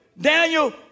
Daniel